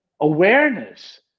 awareness